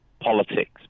Politics